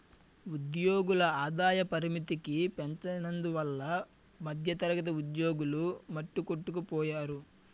ఉద్యోగుల ఆదాయ పరిమితికి పెంచనందువల్ల మధ్యతరగతి ఉద్యోగులు మట్టికొట్టుకుపోయారు